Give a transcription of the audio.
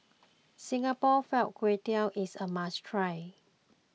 Singapore Fried Kway Tiao is a must try